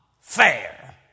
fair